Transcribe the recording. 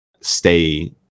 stay